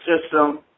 system